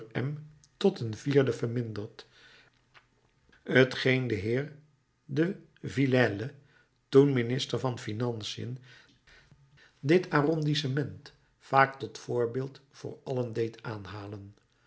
m tot een vierde verminderd t geen den heer de villèle toen minister van financiën dit arrondissement vaak tot voorbeeld voor allen deed aanhalen